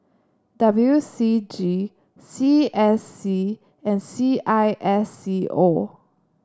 W C G C S C and C I S C O